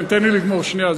תן לי לגמור שנייה.